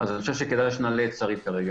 אפשר לומר שכאשר משבר הקורונה החל הייתה הערכה